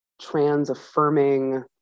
trans-affirming